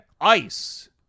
ice